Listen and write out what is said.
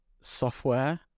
software